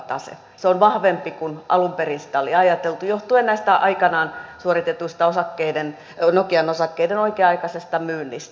se on vahvempi kuin alun perin oli ajateltu johtuen aikanaan suoritetusta nokian osakkeiden oikea aikaisesta myynnistä